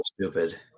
stupid